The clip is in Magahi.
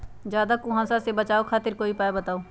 ज्यादा कुहासा से बचाव खातिर कोई उपाय बताऊ?